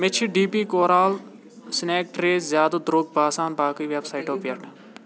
مےٚ چھِ D P کورال سنیٚک ٹرٛے زیادٕ درٛۅگ باسان باقٕے ویب سایٹَو پٮ۪ٹھ